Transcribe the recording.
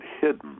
hidden